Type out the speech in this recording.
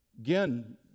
Again